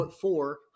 four